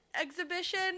exhibition